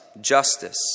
justice